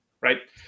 right